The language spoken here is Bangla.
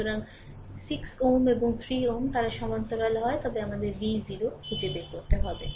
সুতরাং 6 Ω এবং 3 Ω তারা সমান্তরাল হয় তবে আমাদের v 0 খুঁজে বের করতে হবে